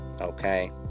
Okay